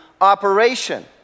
operation